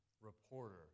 reporter